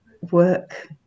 work